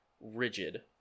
rigid